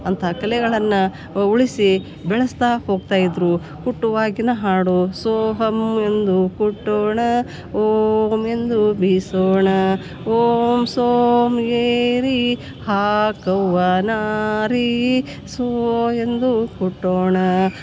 ಅಂಥ ಕಲೆಗಳನ್ನು ಉಳಿಸಿ ಬೆಳೆಸ್ತಾ ಹೋಗ್ತಾಯಿದ್ದರು ಕುಟ್ಟುವಾಗಿನ ಹಾಡು ಸೋಹಮ್ ಎಂದು ಕುಟ್ಟೋಣ ಓಮ್ ಎಂದು ಬಿಸೋಣ ಓಮ್ ಸೋಮ್ ಏರಿ ಹಾಕವ್ವ ನಾರೀ ಸೋ ಎಂದು ಕುಟ್ಟೋಣ